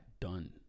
done